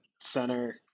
center